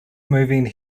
moving